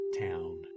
town